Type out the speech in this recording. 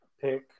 pick